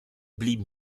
blieben